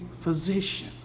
physician